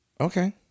Okay